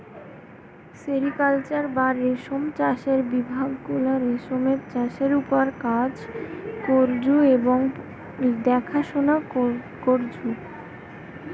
sericulture বা রেশম চাষের বিভাগ গুলা রেশমের চাষের ওপর কাজ করঢু এবং দেখাশোনা করঢু